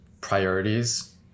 priorities